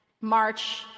march